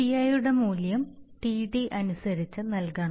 TI യുടെ മൂല്യം TD അനുസരിച്ച് നൽകണം